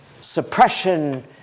suppression